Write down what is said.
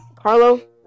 Carlo